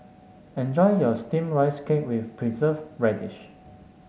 enjoy your steamed Rice Cake with Preserved Radish